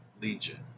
Legion